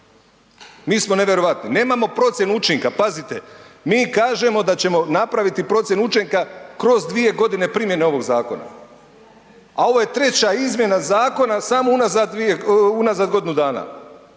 Mi smo nevjerojatni. Nemamo procjenu učinka. Pazite, mi kažemo da ćemo napraviti procjenu učinka kroz dvije godine primjene ovog zakona, a ovo je treća izmjena zakona samo unazad za godinu dana.